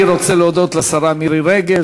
אני רוצה להודות לשרה מירי רגב,